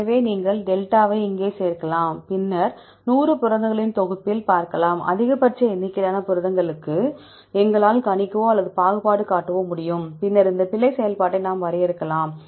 எனவே நீங்கள் δ வை இங்கே சேர்க்கலாம் பின் நீங்கள் 100 புரதங்களின் தொகுப்பில் பார்க்கலாம் அதிகபட்ச எண்ணிக்கையிலான புரதங்களுக்கு எங்களால் கணிக்கவோ அல்லது பாகுபாடு காட்டவோ முடியும் பின்னர் இந்த பிழை செயல்பாட்டை நாம் வரையறுக்கலாம்